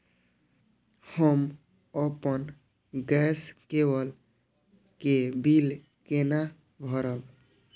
हम अपन गैस केवल के बिल केना भरब?